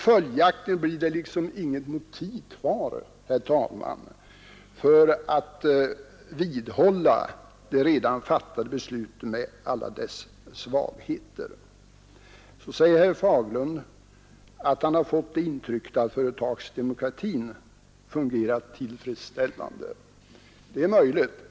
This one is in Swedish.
Följaktligen blir det inget motiv kvar för att vidhålla de redan fattade besluten med alla deras svagheter. Så säger herr Fagerlund att han har fått det intrycket att företags demokratin fungerat tillfredsställande. Det är möjligt.